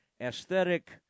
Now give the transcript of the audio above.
aesthetic